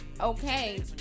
okay